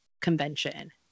convention